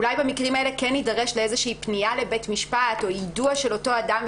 אולי במקרים האלה כן נידרש לפנייה לבית מפשט או יידוע של אותו אדם,